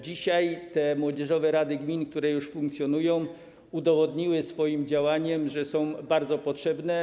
Dzisiaj te młodzieżowe rady gmin, które już funkcjonują, udowodniły swoim działaniem, że są bardzo potrzebne.